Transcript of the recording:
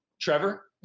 Trevor